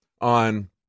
on